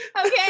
Okay